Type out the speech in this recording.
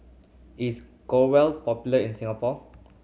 is Growell popular in Singapore